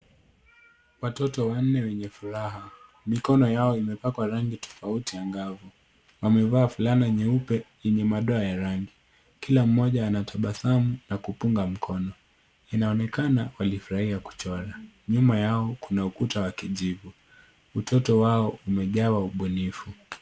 Watoto wanne wenye furaha. Mikono yao imepakwa rangi tofauti angavu. Wamevaa fulana nyeupe yenye madoa ya rangi. Kila mmoja anatabasamu na kupunga mkono. Inaonekana walifurahia kuchora. Nyuma yao kuna ukuta wa kijivu. Utoto wao umejawa ubunifu.